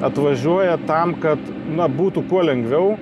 atvažiuoja tam kad na būtų kuo lengviau